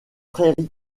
prairies